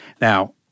Now